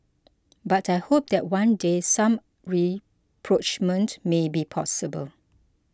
but I hope that one day some rapprochement may be possible